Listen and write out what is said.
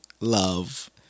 love